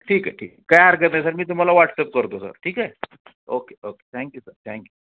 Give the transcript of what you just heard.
ठीक आहे ठीक आहे काय हरकत नाही सर मी तुम्हाला वॉट्सअप करतो सर ठीक okay okay thank you sir thank you